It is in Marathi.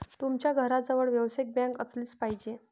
तुमच्या घराजवळ व्यावसायिक बँक असलीच पाहिजे